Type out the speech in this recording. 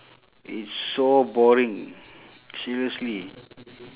it's so boring seriously